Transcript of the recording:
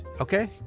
okay